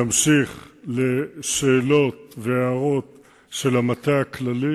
ימשיך לשאלות והערות של המטה הכללי,